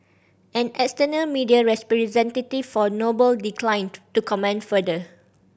an external media representative for Noble declined to comment further